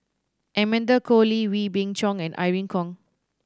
Amanda Koe Lee Wee Beng Chong and Irene Khong